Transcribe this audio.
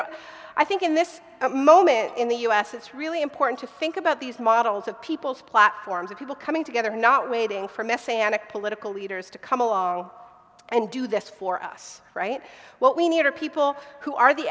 know i think in this moment in the u s it's really important to think about these models of people's platforms of people coming together not waiting for messianic political leaders to come along and do this for us right what we need are people who are the